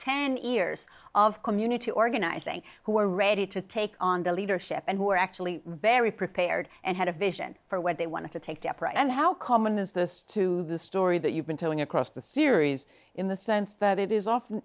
ten years of community organizing who were ready to take on the leadership and who are actually very prepared and had a vision for where they want to take and how common is this to the story that you've been telling across the series in the sense that it is often